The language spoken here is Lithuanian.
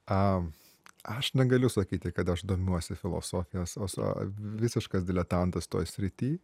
a aš negaliu sakyti kad aš domiuosi filosofijos o visiškas diletantas toj srity